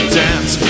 dance